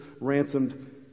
ransomed